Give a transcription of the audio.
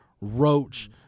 Roach